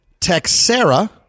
Texera